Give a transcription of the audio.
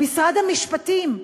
משרד המשפטים,